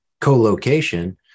co-location